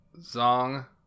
Zong